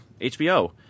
HBO